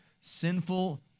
sinful